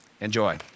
Enjoy